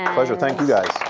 pleasure. thank you guys.